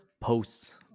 posts